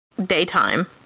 daytime